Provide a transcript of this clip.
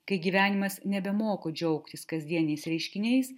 kai gyvenimas nebemoko džiaugtis kasdieniais reiškiniais